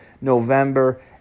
November